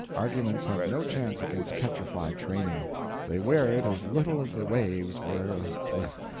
arguments have no chance against petrified training they wear it as little as the waves wear a cliff.